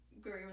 great